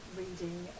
reading